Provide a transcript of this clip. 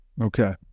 Okay